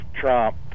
Trump